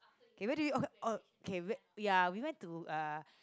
okay where do you ok~ ya we went to uh